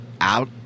out